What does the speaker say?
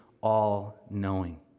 all-knowing